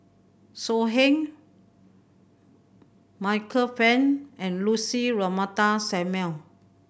So Heng Michael Fam and Lucy Ratnammah Samuel